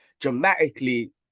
dramatically